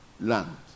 land